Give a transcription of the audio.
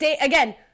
Again